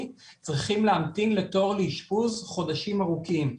צריכים להמתין לתור לאשפוז חודשים ארוכים.